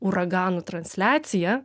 uraganų transliacija